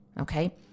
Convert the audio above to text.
Okay